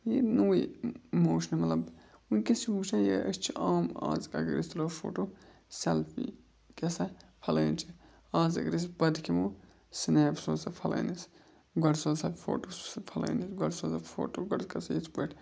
یہِ نوٚوُے اِموشن مطلب وٕنۍکٮ۪س چھِ وٕچھان یہِ أسۍ چھِ عام آز تہٕ اگر أسۍ تُلو فوٹو سٮ۪لفی کیٛاہ سا پھَلٲنۍ چھِ آز اگر أسۍ بتہٕ کھٮ۪مو سِنیپ سوزو پھَلٲنِس گۄڈٕ سوزہَکھ فوٹو سُہ پھَلٲنِس گۄڈٕ سوزو فوٹو گۄڈٕ کَر سا یِتھ پٲٹھۍ